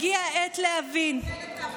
הגיעה העת להבין, את האפליה?